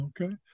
Okay